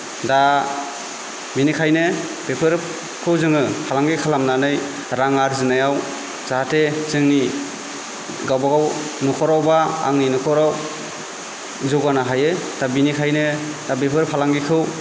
दा बेनिखायनो बेफोरखौ जोङो फालांगि खालामनानै रां आरजिनायाव जाहाथे जोंनि गावबा गाव न'खराव बा आंनि न'खराव जौगानो हायो दा बिनिखायनो दा बेफोर फालांगिखौ